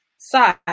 side